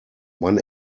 man